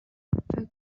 فکر